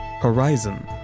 Horizon